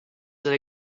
that